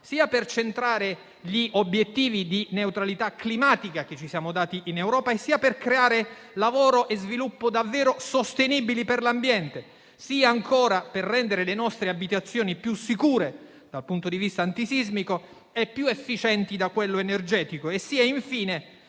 sia per centrare gli obiettivi di neutralità climatica che ci siamo dati in Europa, sia per creare lavoro e sviluppo davvero sostenibili per l'ambiente, sia, ancora, per rendere le nostre abitazioni più sicure dal punto di vista antisismico e più efficienti da quello energetico, sia, infine,